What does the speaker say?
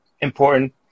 important